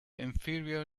inferior